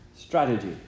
Strategy